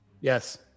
Yes